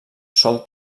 sol